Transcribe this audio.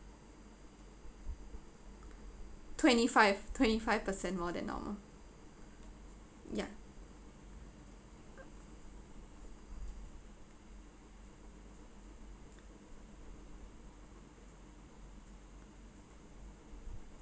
twenty five twenty five percent more than normal ya